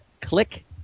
Click